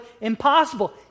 impossible